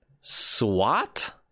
SWAT